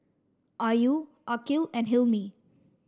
Ayu Aqil and Hilmi